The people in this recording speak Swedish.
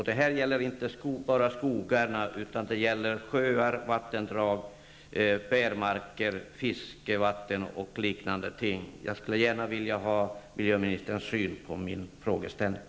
Det gäller inte bara skogarna utan också sjöar, vattendrag, bärmarker, fiskevatten och annat. Jag skulle gärna vilja ha svar från miljöministern på min fråga.